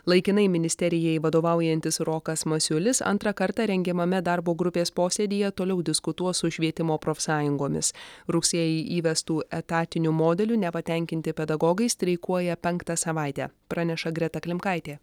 laikinai ministerijai vadovaujantis rokas masiulis antrą kartą rengiamame darbo grupės posėdyje toliau diskutuos su švietimo profsąjungomis rugsėjį įvestu etatiniu modeliu nepatenkinti pedagogai streikuoja penktą savaitę praneša greta klimkaitė